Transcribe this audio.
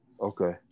Okay